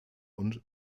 und